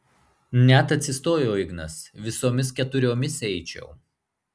net atsistojo ignas visomis keturiomis eičiau